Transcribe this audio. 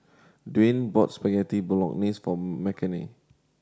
Dwyane bought Spaghetti Bolognese for Makenna